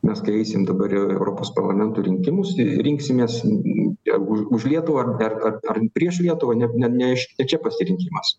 mes kai eisim dabar į europos parlamento rinkimus ir rinksimės už lietuvą ar prieš lietuvą ne čia pasirinkimas